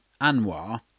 Anwar